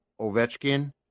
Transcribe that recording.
Ovechkin